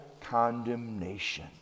condemnation